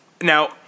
Now